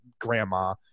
grandma